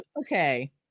Okay